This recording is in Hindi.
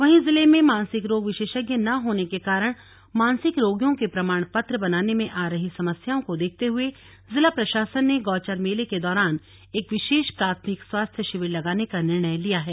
वहीं जिले में मानसिक रोग विशेषज्ञ न होने के कारण मानसिक रोगियों के प्रमाण पत्र बनाने में आ रही समस्याओं को देखते हुए जिला प्रशासन ने गौचर मेले के दौरान एक विशेष प्राथमिक स्वास्थ्य शिविर लगाने का निर्णय लिया है